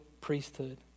priesthood